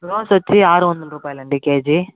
rose వచ్చి ఆరు వందల రూపాయలండి కేజీ